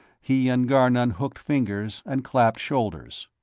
he and garnon hooked fingers and clapped shoulders.